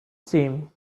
seemed